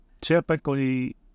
typically